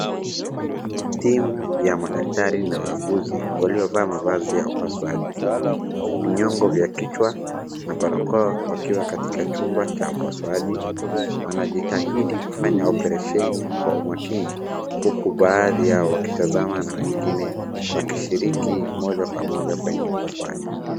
Timu ya madaktari na wauguzi waliovaa mavazi ya upasuaji vinyungo vya kichwa na barakoa wakiwa katika chumba cha upasuaji wanajitahidi kufanya oparesheni kwa umakini huku baadhi yao wakitazama na wengine wakishiriki moja kwa moja kwenye upasuaji.